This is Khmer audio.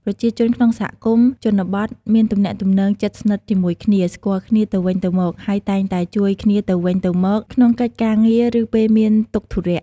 ប្រជាជនក្នុងសហគមន៍ជនបទមានទំនាក់ទំនងជិតស្និទ្ធជាមួយគ្នា ស្គាល់គ្នាទៅវិញទៅមក ហើយតែងតែជួយគ្នាទៅវិញទៅមកក្នុងកិច្ចការងារ ឬពេលមានទុក្ខធុរៈ។